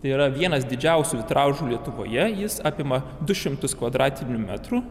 tai yra vienas didžiausių vitražų lietuvoje jis apima du šimtus kvadratinių metrų